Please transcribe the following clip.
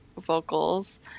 vocals